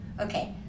Okay